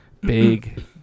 big